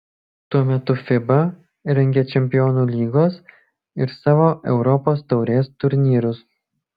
tuo metu fiba rengia čempionų lygos ir savo europos taurės turnyrus